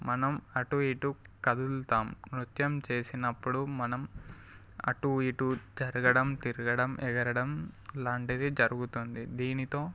మనం అటు ఇటు కదులుతాం నృత్యం చేసినప్పుడు మనం అటూ ఇటూ జరగడం తిరగడం ఎగరడం లాంటిది జరుగుతుంది దీనితో